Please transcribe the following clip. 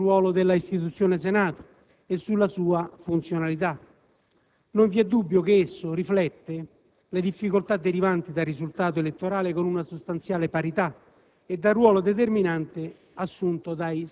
necessario riflettere innanzitutto sul ruolo dell'istituzione Senato e sulla sua funzionalità. Non vi è dubbio che esso riflette le difficoltà derivanti dal risultato elettorale con una sostanziale parità